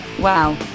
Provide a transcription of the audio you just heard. Wow